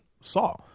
saw